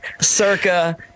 circa